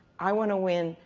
i want to win,